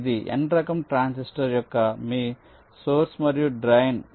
ఇది N రకం transistor యొక్క మీ సోర్స్ మరియు డ్రాయిన్